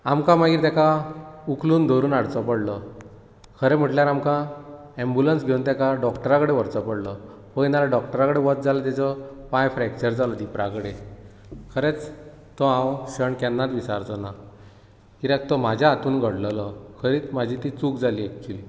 आमकां मागीर ताका उखलून धरून हाडचो पडलो खरें म्हटल्यार आमकां एम्बुलॅंस घेवन ताका डॉकटरा कडेन व्हरचो पडलो पळय ना जाल्यार डॉकटरा कडेन वच जाल्यार तेजो पांय फ्रॅक्चर जाल्लो धिपरा कडेन खरेंच तो हांव क्षण केन्नाच विसरचो ना कित्याक तो म्हाज्या हातसून घडललो म्हाजी ती चूक जाली